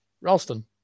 Ralston